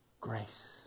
Grace